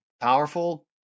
powerful